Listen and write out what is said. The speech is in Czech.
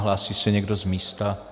Hlásí se někdo z místa?